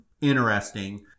interesting